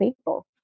people